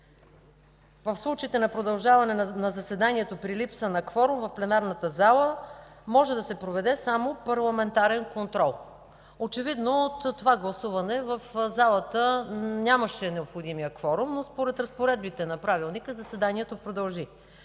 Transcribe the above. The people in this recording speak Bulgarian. „В случаите на продължаване на заседанието при липса на кворум в пленарната зала може да се проведе само парламентарен контрол”. Очевидно при това гласуване в залата нямаше необходимия кворум, но според разпоредбите на Правилника заседанието продължи.